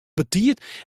betiid